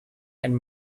and